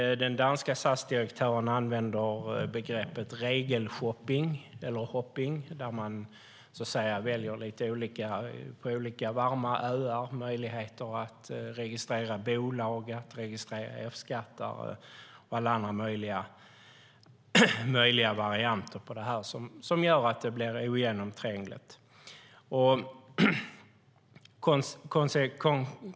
Den danska SAS-direktören använder begreppet regelshopping. Det innebär att man på olika, varma öar väljer möjligheten att registrera bolag, registrera F-skatt och alla möjliga varianter som gör att det blir ogenomträngligt.